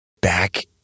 back